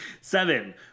Seven